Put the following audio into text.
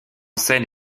scène